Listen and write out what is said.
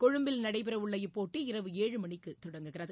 கொழும்பில் நடைபெறவுள்ள இப்போட்டி இரவு ஏழு மணிக்கு தொடங்குகிறது